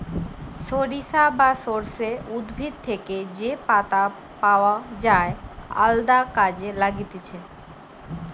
সরিষা বা সর্ষে উদ্ভিদ থেকে যে পাতা পাওয় যায় আলদা কাজে লাগতিছে